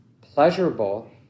pleasurable